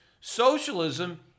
socialism